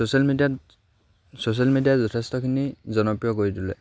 social মিডিয়াত social মিডিয়াই যথেষ্টখিনি জনপ্ৰিয় কৰি তোলে